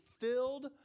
filled